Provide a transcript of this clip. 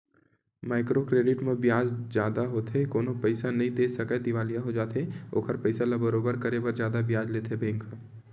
micro credit म बियाज जादा होथे कोनो पइसा नइ दे सकय दिवालिया हो जाथे ओखर पइसा ल बरोबर करे बर जादा बियाज लेथे बेंक ह